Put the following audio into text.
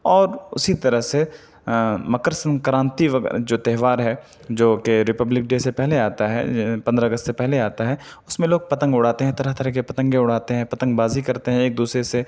اور اسی طرح سے مکرسنکرانتی جو تہوار ہے جو کہ ریپبلک ڈے سے پہلے آتا ہے پندرہ اگست سے پہلے آتا ہے اس میں لوگ پتنگ اڑاتے ہیں طرح طرح کے پتنگیں اڑاتے ہیں پتنگ بازی کرتے ہیں ایک دوسرے سے